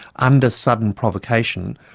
under sudden provocation,